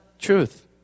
truth